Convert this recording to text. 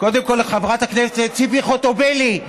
לחברת הכנסת ציפי חוטובלי,